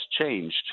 changed